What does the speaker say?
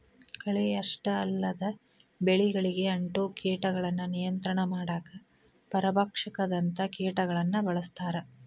ಕಳೆ ಅಷ್ಟ ಅಲ್ಲದ ಬೆಳಿಗಳಿಗೆ ಅಂಟೊ ಕೇಟಗಳನ್ನ ನಿಯಂತ್ರಣ ಮಾಡಾಕ ಪರಭಕ್ಷಕದಂತ ಕೇಟಗಳನ್ನ ಬಳಸ್ತಾರ